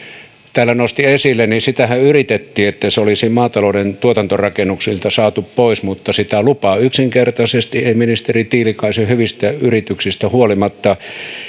täällä nosti esille sitähän yritettiin että se olisi maatalouden tuotantorakennuksilta saatu pois mutta sitä lupaa yksinkertaisesti ei ministeri tiilikaisen hyvistä yrityksistä huolimatta